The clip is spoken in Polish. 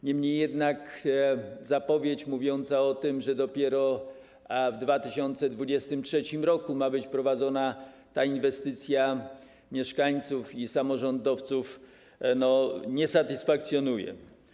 Niemniej jednak zapowiedź mówiąca o tym, że dopiero w 2023 r. ma być prowadzona ta inwestycja, mieszkańców i samorządowców nie satysfakcjonuje.